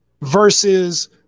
versus